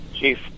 chief